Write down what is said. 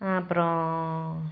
அப்புறம்